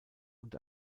und